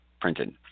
printed